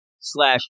Slash